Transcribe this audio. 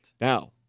now